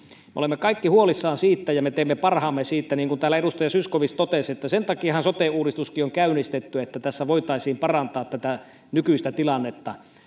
me olemme kaikki huolissamme siitä ja me teemme parhaamme siinä niin kuin täällä edustaja zyskowicz totesi sen takiahan sote uudistuskin on käynnistetty että voitaisiin parantaa tätä nykyistä tilannetta